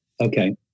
Okay